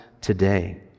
today